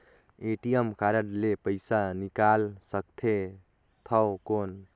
ATM card ले पइसा निकाल सकथे थव कौन?